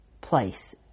place